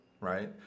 Right